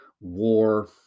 war